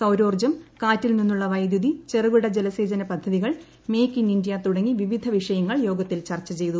സൌരോജ്ജം കാറ്റിൽ നിന്നുള്ള വൈദ്യുതി ചെറുകിട ജലസേചന പദ്ധതികൾ മേക്ക് ഇൻ ഇന്ത്യ തുടങ്ങി വിവിധ വിഷയങ്ങൾ യോഗത്തിൽ ചർച്ച ചെയ്തു